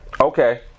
Okay